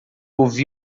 ouvi